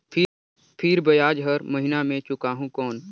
फिर ब्याज हर महीना मे चुकाहू कौन?